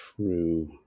true